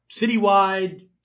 citywide